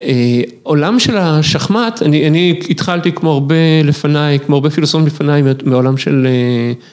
עולם של השחמט, אני התחלתי כמו הרבה לפניי, כמו הרבה פילוסופים לפניי מעולם של...